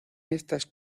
estas